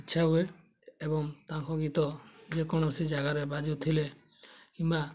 ଇଚ୍ଛା ହୁଏ ଏବଂ ତାଙ୍କ ଗୀତ ଯେକୌଣସି ଜାଗାରେ ବାଜୁ ଥିଲେ କିମ୍ବା